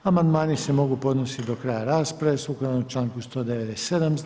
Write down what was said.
Amandmani se mogu podnositi do kraja rasprave, sukladno članku 197.